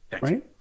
right